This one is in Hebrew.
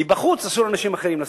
מבחוץ, אסור לאנשים אחרים לשים.